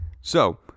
So-